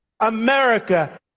America